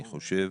אני חושב